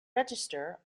register